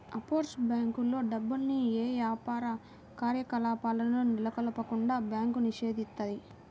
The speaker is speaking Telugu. ఆఫ్షోర్ బ్యేంకుల్లో డబ్బుల్ని యే యాపార కార్యకలాపాలను నెలకొల్పకుండా బ్యాంకు నిషేధిత్తది